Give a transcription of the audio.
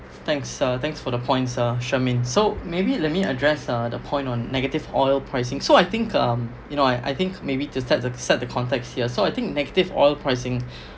thanks uh thanks for the points uh charmaine so maybe let me address uh the point on negative oil pricing so I think um you know I I think maybe to set the set the context here so I think negative oil pricing